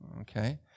Okay